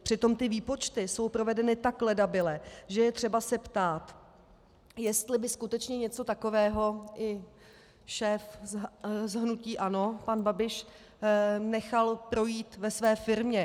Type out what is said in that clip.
Přitom výpočty jsou provedeny tak ledabyle, že je třeba se ptát, jestli by skutečně něco takového i šéf z hnutí ANO pan Babiš nechal projít ve své firmě.